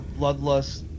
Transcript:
Bloodlust